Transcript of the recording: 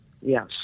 yes